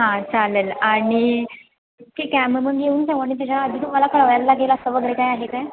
हां चालेल आणि ठीक आहे मग मग येऊन जाऊ मग त्याच्या आधी तुम्हाला कळवायला लागेल असं वगैरे काय आहे काय